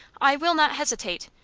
i will not hesitate.